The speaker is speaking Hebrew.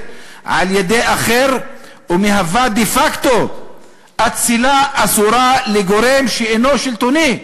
על-ידי אחר ומהווה דה-פקטו אצילה אסורה לגורם שאינו שלטוני".